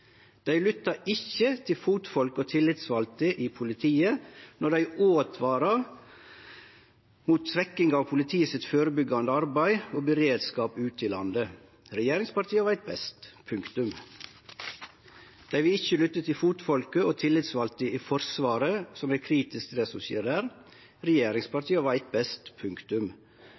Dei lyttar ikkje til fotfolk og tillitsvalde i politiet når desse åtvarar mot svekking av det førebyggjande arbeidet og beredskapen til politiet ute i landet. Regjeringspartia veit best – punktum. Dei vil ikkje lytte til fotfolket og tillitsvalde i Forsvaret, som er kritiske til det som skjer der. Regjeringspartia veit best – punktum.